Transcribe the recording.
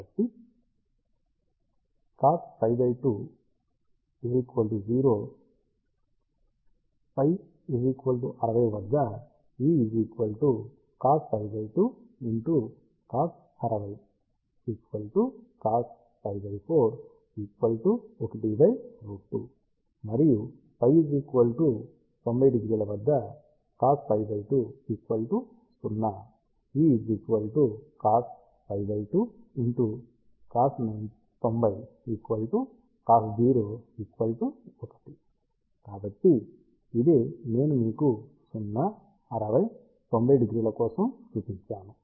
కాబట్టి కాబట్టి cos π 2 0వద్ద φ 600 E cosπ2 cos60 cosπ41 √2 మరియు వద్ద φ 900 cos π 2 0 E cosπ 2 cos 90 cos 1 కాబట్టి ఇదే నేను మీకు 0 60 90 కోసం చూపించాను